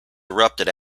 erupted